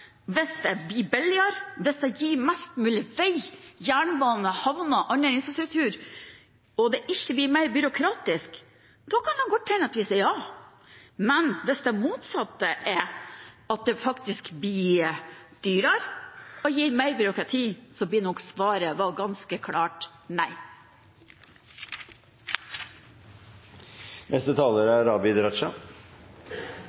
hvis det blir billigere, hvis det gir mest mulig vei, jernbane, havner, annen infrastruktur – og det ikke blir mer byråkratisk – da kan det godt hende at vi sier ja. Men hvis det motsatte er tilfellet, at det faktisk blir dyrere og gir mer byråkrati, så blir nok svaret vårt ganske klart: Nei!